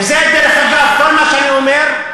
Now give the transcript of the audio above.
וזה, דרך אגב, כל מה שאני אומר,